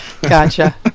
Gotcha